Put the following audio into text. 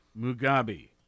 Mugabe